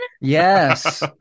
Yes